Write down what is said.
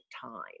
time